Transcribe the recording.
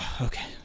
Okay